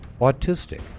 autistic